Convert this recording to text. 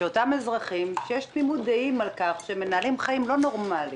שאותם אזרחים שיש תמימות דעים על כך שמנהלים חיים לא נורמליים,